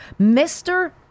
Mr